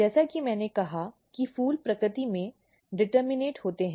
जैसा कि मैंने कहा कि फूल प्रकृति में डिटर्मनैट होते हैं